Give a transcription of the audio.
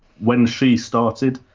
when she started,